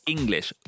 English